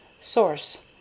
Source